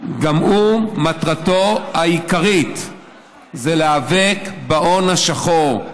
מטרתו העיקרית גם היא להיאבק בהון השחור,